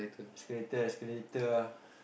escalator escalator ah